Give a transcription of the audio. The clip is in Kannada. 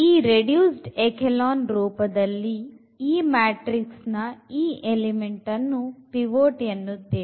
ಈ ರೆಡ್ಯೂಸ್ಡ್ ಎಖೇಲಾನ್ ರೂಪದಲ್ಲಿ ಈ ಮ್ಯಾಟ್ರಿಕ್ಸ್ ನ ಈ ಎಲಿಮೆಂಟ್ ಅನ್ನು ಪಿವೊಟ್ ಎನ್ನುತ್ತೇವೆ